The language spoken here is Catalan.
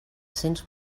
cents